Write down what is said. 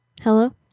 Hello